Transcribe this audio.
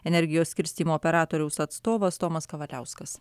energijos skirstymo operatoriaus atstovas tomas kavaliauskas